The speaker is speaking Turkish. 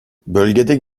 bölgede